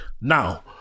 Now